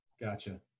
Gotcha